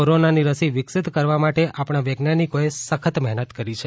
કોરોનાની રસી વિકસીત કરવા માટે આપણા વૈજ્ઞાનીકોએ સખત મહેનત કરી છે